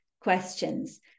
questions